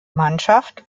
mannschaft